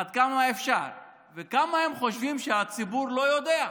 עד כמה אפשר, ומכמה הם חושבים שהציבור לא יודע.